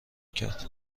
کرد